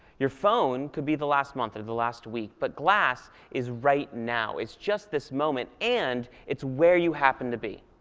your phone could be the last month or the last week. but glass is right now. it's just this moment, and it's where you happen to be.